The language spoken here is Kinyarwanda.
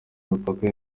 mipaka